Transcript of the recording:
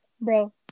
Bro